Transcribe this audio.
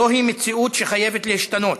זוהי מציאות שחייבת להשתנות.